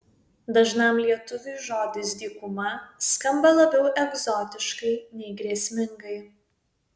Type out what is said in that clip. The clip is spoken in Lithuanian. dažnam lietuviui žodis dykuma skamba labiau egzotiškai nei grėsmingai